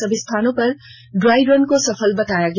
सभी स्थानों पर ड्राई रन को सफल बताया गया